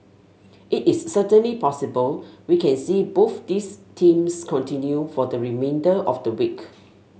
it is certainly possible we can see both these themes continue for the remainder of the week